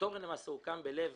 התורן למעשה הוקם בלב